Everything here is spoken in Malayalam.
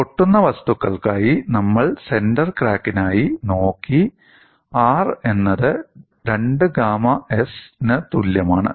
പൊട്ടുന്ന വസ്തുക്കൾക്കായി നമ്മൾ സെന്റർ ക്രാക്കിനായി നോക്കി R എന്നത് 2 ഗാമാ s ന് തുല്യമാണ്